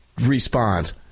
responds